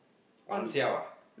on siao ah